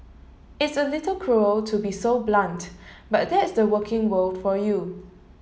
it's a little cruel to be so blunt but that's the working world for you